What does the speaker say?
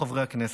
חברי הכנסת.